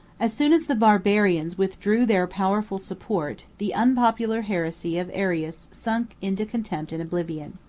as soon as the barbarians withdrew their powerful support, the unpopular heresy of arius sunk into contempt and oblivion.